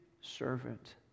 servant